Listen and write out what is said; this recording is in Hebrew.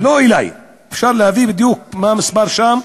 איך נסביר להם